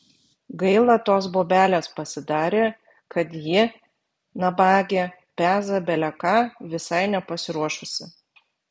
gaila tos bobelės pasidarė kad ji nabagė peza bele ką visai nepasiruošusi